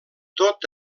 tot